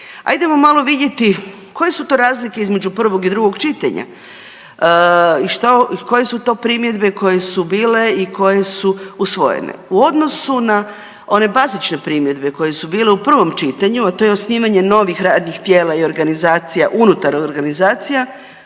Hajdemo malo vidjeti koje su to razlike između prvog i drugog čitanja i koje su to primjedbe koje su bile i koje su usvojene. U odnosu na one bazične primjedbe koje su bile u prvom čitanju, a to je osnivanje novih radnih tijela i organizacija unutar organizacija